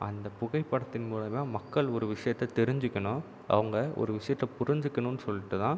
அந்த புகைப்படத்தின் மூலமா மக்கள் ஒரு விஷயத்தை தெரிஞ்சிக்கணும் அவங்க ஒரு விஷயத்தை புரிஞ்சிக்கணுன்னு சொல்லிட்டு தான்